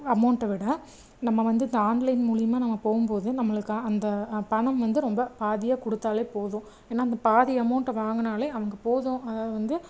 அமௌண்ட்டை விட நம்ம வந்து இந்த ஆன்லைன் மூலியமாக நம்ம போகும்போது நம்மளுக்கு அந்த பணம் வந்து ரொம்ப பாதியாக கொடுத்தாலே போதும் ஏன்னால் அந்த பாதி அமௌண்ட்டை வாங்கினாலே அவங்க போதும் அதாவது வந்து